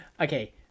okay